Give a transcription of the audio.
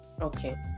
Okay